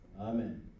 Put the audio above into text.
Amen